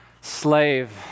Slave